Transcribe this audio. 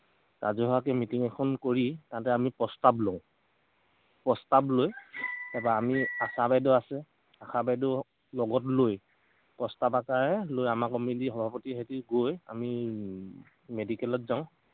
ৰাজহুৱাকৈ মিটিং এখন কৰি তাতে আমি প্ৰস্তাব লওঁ প্ৰস্তাব লৈ তাপা আমি আছা বাইদ' আছে আশা বাইদ' লগত লৈ প্ৰস্তাব আকাৰে লৈ আমাৰ কমিতি সভাপতি হেতি গৈ আমি মেডিকেলত যাওঁ